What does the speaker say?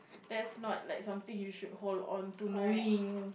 that's not like something you should hold on to knowing